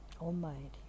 almighty